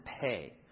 pay